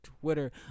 twitter